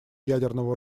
ядерного